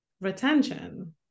retention